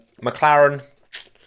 McLaren